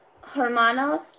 hermanos